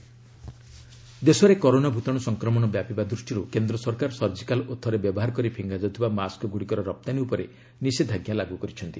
mask export ban ଦେଶରେ corona ଭୂତାଣୁ ସଂକ୍ରମଣ ବ୍ୟାପିବା ଦୃଷ୍ଟିରୁ କେନ୍ଦ୍ର ସରକାର ସର୍ଜିକାଲ୍ ଓ ଥରେ ବ୍ୟବହାର କରି ଫିଙ୍ଗା ଯାଉଥିବା ମାସ୍କଗ୍ରଡ଼ିକର ରପ୍ତାନୀ ଉପରେ ନିଷେଧାଜ୍ଞା ଲାଗ୍ର କରିଛନ୍ତି